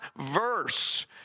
verse